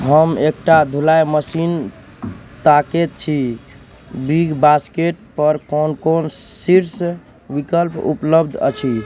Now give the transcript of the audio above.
हम एकटा धुलाइ मशीन ताकै छी बिग बास्केटपर कोन कोन शीर्ष विकल्प उपलब्ध अछि